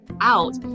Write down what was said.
out